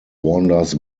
wanders